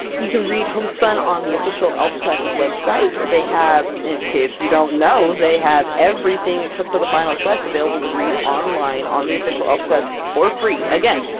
you can read homespun on the official elfquest website. they have in case you don't know they have everything except for the final quest available to read online on the official elfquest for free! again,